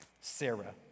Sarah